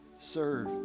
serve